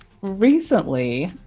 Recently